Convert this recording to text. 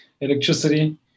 electricity